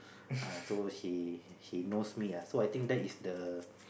err so he he knows me lah so I think that is the